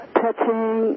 touching